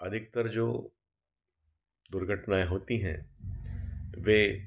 अधिकतर जो दुर्घटनाएँ होती हैं वह